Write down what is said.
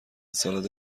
سالاد